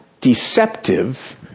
deceptive